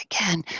Again